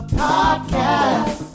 podcast